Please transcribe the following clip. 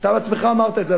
אתה בעצמך אמרת את זה,